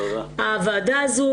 הוועדה הזו,